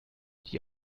die